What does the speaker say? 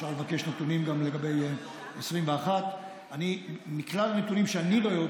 אפשר לקבל נתונים גם לגבי 2021. מכלל הנתונים שאני רואה,